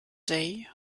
day